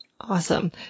Awesome